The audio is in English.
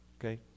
okay